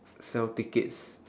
sell tickets